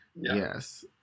Yes